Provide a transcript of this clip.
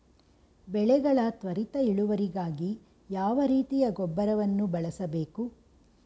ಬೆಳೆಗಳ ತ್ವರಿತ ಇಳುವರಿಗಾಗಿ ಯಾವ ರೀತಿಯ ಗೊಬ್ಬರವನ್ನು ಬಳಸಬೇಕು?